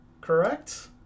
correct